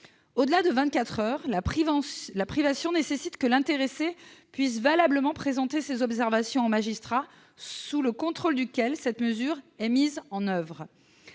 Au-delà de vingt-quatre heures, la privation de liberté nécessite que l'intéressé puisse valablement présenter ses observations au magistrat sous le contrôle duquel cette mesure est mise en oeuvre.